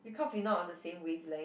because we not on the same wavelength